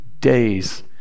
days